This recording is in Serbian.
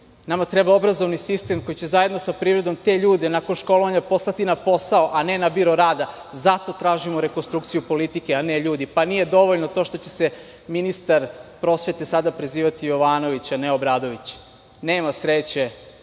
Nama treba obrazovni sistem koji će zajedno sa privredom te ljude nakon školovanja poslati na posao, a ne na biro rada. Zato tražimo rekonstrukciju politike, a ne ljudi. Nije dovoljno to što će se ministar prosvete sada prezivati Jovanović, a ne Obradović. Nema sreće